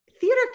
theater